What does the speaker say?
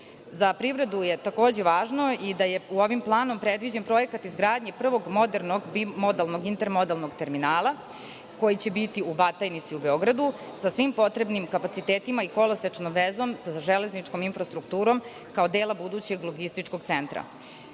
privredu je takođe važno i da je ovim planom predviđen projekat izgradnje prvog modernog intermodalnog terminala, koji će biti u Batajnici u Beogradu sa svim potrebnim kapacitetima i kolosečnom vezom sa železničkom infrastrukturom kao dela budućeg logističkog